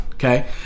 Okay